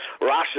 Russia